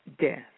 death